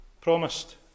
promised